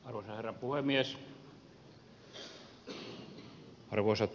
arvoisat kollegat kansanedustajat